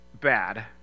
bad